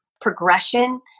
progression